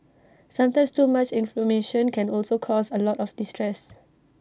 sometimes too much information can also cause A lot of distress